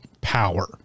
power